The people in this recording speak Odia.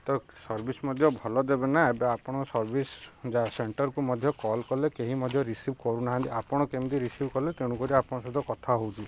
ତ ସର୍ଭିସ୍ ମଧ୍ୟ ଭଲ ଦେବେ ନା ଏବେ ଆପଣଙ୍କ ସର୍ଭିସ୍ ଯା ସେଣ୍ଟର୍କୁ ମଧ୍ୟ କଲ୍ କଲେ କେହି ମଧ୍ୟ ରିସିଭ୍ କରୁନାହାନ୍ତି ଆପଣ କେମିତି ରିସିଭ୍ କଲେ ତେଣୁକରି ଆପଣ ସହିତ କଥା ହେଉଛି